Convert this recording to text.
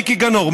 מיקי גנור,